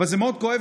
אבל זה מאוד כואב.